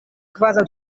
kvazaŭ